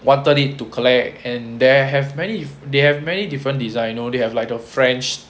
wanted it to collect and there have many uh they have many different design you know they have like a french